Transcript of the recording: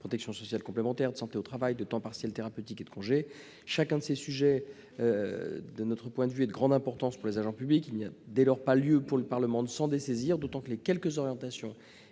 protection sociale complémentaire, de santé au travail, de temps partiel thérapeutique et de congés. Chacun de ces sujets, de notre point de vue, revêt une grande importance pour les agents publics. Dès lors, il n'y a pas lieu pour le Parlement de s'en dessaisir, d'autant que les quelques orientations